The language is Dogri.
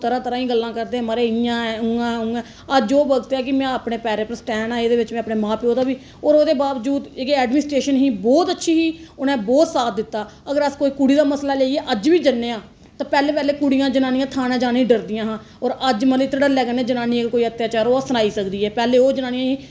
तरह् तरह् दियां गल्लां करदे हे म्हाराज इ'यां ऐ उ'आं ऐ अज्ज ओह् वक्त ऐ अज्ज में अपने पैरें पर स्टैंड ऐ एह्दे बिच्च में अपने मां प्यो पर बी होर एह्दे बावजूद जेह्ड़ी एडमिनीस्ट्रेशन ही ओह् बौह्त अच्छी ही उ'नें बौह्त साथ दित्ता अगर अस कोई कुड़ी दा मसला लेइयै अज्ज बी जन्ने आं ते पैह्लें पैह्लें कुड़ियां जनानियां थाने जाने गी डरदियां हियां होर अज्ज मतलब कि धड़ल्ले कन्नै अगर कोई जनानी पर अत्याचार होआ दा सनाई सकदी ऐ पैह्लें ओह् जनानियां हियां